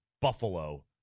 Buffalo